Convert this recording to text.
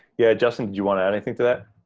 yeah, justin, do you wanna add anything to that?